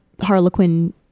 Harlequin